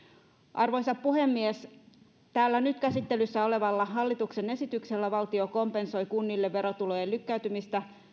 arvoisa puhemies nyt käsittelyssä olevalla hallituksen esityksellä valtio kompensoi kunnille verotulojen lykkäytymistä